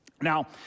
Now